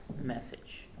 message